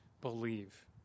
believe